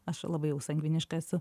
aš labai jau sangviniška esu